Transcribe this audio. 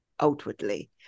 outwardly